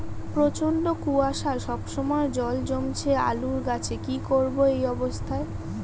প্রচন্ড কুয়াশা সবসময় জল জমছে আলুর গাছে কি করব এই অবস্থায়?